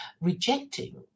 rejecting